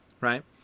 right